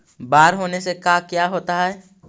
बाढ़ होने से का क्या होता है?